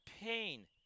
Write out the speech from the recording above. pain